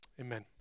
amen